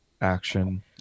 action